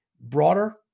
Broader